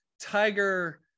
Tiger